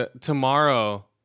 tomorrow